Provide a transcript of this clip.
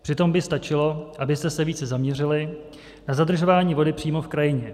Přitom by stačilo, abyste se více zaměřili na zadržování vody přímo v krajině.